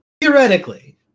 theoretically